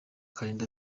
kalinda